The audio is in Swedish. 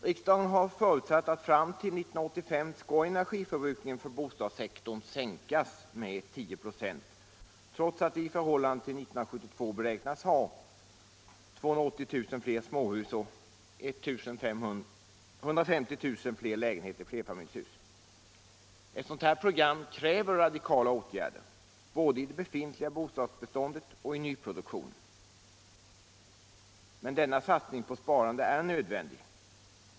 Riksdagen har förutsatt att fram till 1985 skall energiförbrukningen för bostadssektorn sänkas med 10 96, trots att vi i förhållande till 1972 beräknas ha 280000 fler småhus och 150 000 fler lägenheter i flerfamiljshus. Ett sådant program kräver radikala åtgärder både i det befintliga bostadsbeståndet och i nyproduktionen. Men denna satsning på sparande är nödvändig.